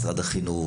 משרד החינוך,